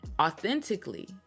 authentically